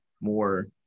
more –